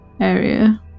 area